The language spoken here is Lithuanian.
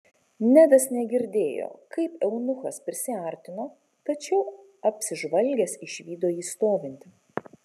nedas negirdėjo kaip eunuchas prisiartino tačiau apsižvalgęs išvydo jį stovintį